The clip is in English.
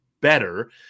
better